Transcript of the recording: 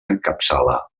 encapçala